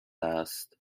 است